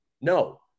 No